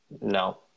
no